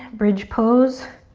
bridge pose.